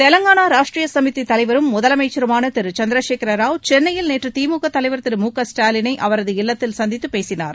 தெலுங்கானா ராஷ்டிரிய சமிதி தலைவரும் முதலமைச்சருமான திரு சந்திரசேகர ராவ் சென்னையில் நேற்று திமுக தலைவர் திரு மு க ஸ்டாலினை அவரது இல்லத்தில் சந்தித்து பேசினார்